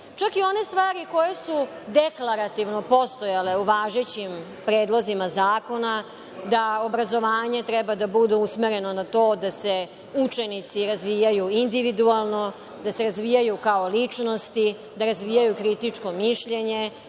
i one stvari koje su deklarativno postojale u važećim predlozima zakona da obrazovanje treba da bude usmereno na to da se učenici razvijaju individualno, da se razvijaju kao ličnosti, da razvijaju kritičko mišljenje,